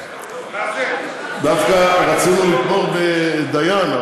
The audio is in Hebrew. דווקא רצינו לבחור בדיין,